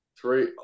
three